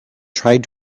tried